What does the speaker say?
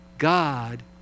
God